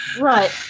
Right